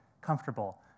comfortable